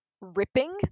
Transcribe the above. ripping